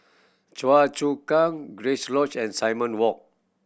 Choa Chu Kang Grace Lodge and Simon Walk